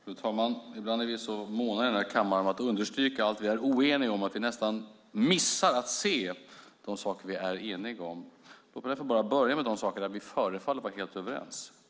Fru talman! Ibland är vi här i kammaren så många om att understryka allt vi är oeniga om att vi nästan missar att se de saker vi är eniga om. Låt mig börja med de saker där vi förefaller vara helt överens.